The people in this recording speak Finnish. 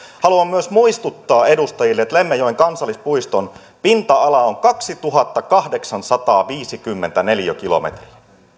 haluan myös muistuttaa edustajille että lemmenjoen kansallispuiston pinta ala on kaksituhattakahdeksansataaviisikymmentä neliökilometriä